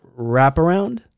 wraparound